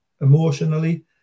emotionally